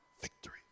victory